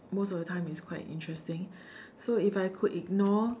most of the time it's quite interesting so if I could ignore